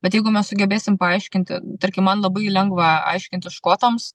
bet jeigu mes sugebėsim paaiškinti tarkim man labai lengva aiškinti škotams